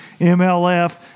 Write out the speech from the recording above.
MLF